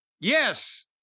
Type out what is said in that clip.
Yes